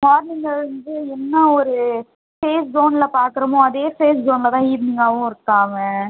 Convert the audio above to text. morning வந்து என்ன ஒரு சேஃப் ஸோனில் பார்க்குறோமோ அதே சேஃப் ஸோனில் தான் ஈவினிங்காகவும் இருக்கான் அவன்